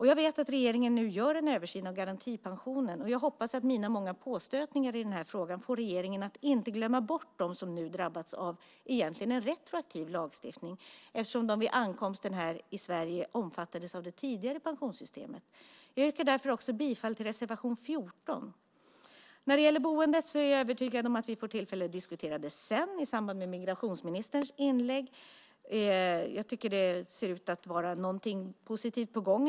Jag vet att regeringen nu gör en översyn av garantipensionen. Jag hoppas att mina många påstötningar i den här frågan får regeringen att inte glömma bort dem som nu drabbats av egentligen en retroaktiv lagstiftning, eftersom de vid ankomsten omfattades av det tidigare pensionssystemet. Jag yrkar därför också bifall till reservation 14. Jag är övertygad om att vi får tillfälle att diskutera boendet sedan, i samband med migrationsministerns inlägg. Jag tycker att det ser ut att vara någonting positivt på gång.